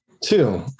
Two